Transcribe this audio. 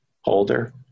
Holder